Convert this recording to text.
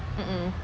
mmhmm